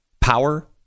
power